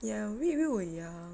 ya we we were young